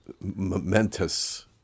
momentous